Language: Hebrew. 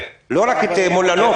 לא רק ב"מול הנוף",